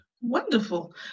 Wonderful